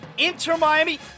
Inter-Miami